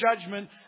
judgment